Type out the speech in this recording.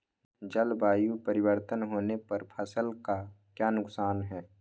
जलवायु परिवर्तन होने पर फसल का क्या नुकसान है?